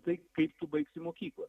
tai kaip tu baigsi mokyklą